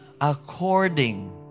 according